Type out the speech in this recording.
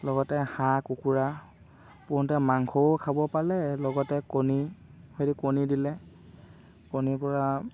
লগতে হাঁহ কুকুৰা পোহোতে মাংসও খাব পালে লগতে কণী হেৰি কণী দিলে কণীৰ পৰা